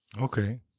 Okay